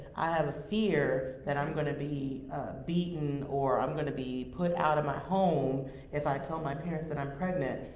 i have a fear that i'm gonna be beaten or i'm gonna be put out of my home if i tell my parents that i'm pregnant,